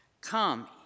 Come